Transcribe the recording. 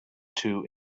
two